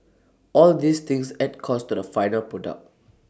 all these things add costs to the final product